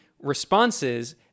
responses